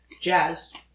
jazz